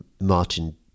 Martin